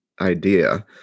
idea